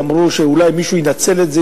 שאמרו שאולי מישהו ינצל את זה,